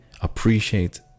appreciate